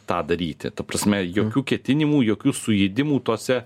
tą daryti ta prasme jokių ketinimų jokių sujidimų tose